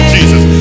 Jesus